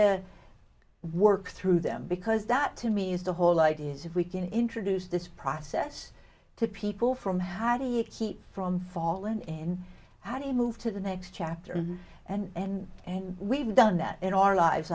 of work through them because that to me is the whole idea is if we can introduce this process to people from how do you keep from fall in how do you move to the next chapter and and we've done that in our lives